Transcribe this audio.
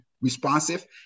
responsive